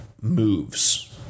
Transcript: moves